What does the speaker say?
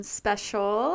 special